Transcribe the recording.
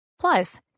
Plus